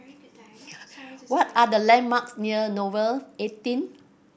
what are the landmarks near Nouvel eighteen